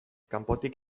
kanpotik